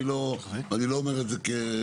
אני לא אומר את זה כביקורת.